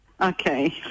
Okay